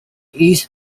east